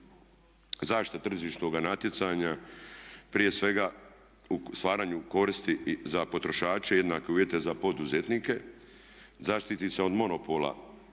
zaštita tržišnoga natjecanja prije svega u stvaranju koristi za potrošače, jednake uvjete za poduzetnike zaštiti se od monopola